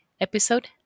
Episode